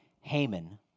Haman